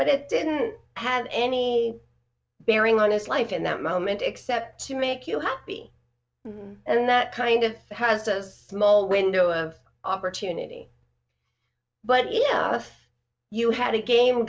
but it didn't have any bearing on his life in that moment except to make you happy and that kind of has as small window of opportunity but even if you had a game